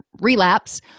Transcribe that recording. relapse